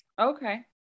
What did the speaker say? Okay